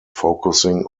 focusing